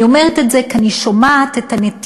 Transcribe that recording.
אני אומרת את זה כי אני שומעת את הנטייה,